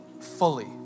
fully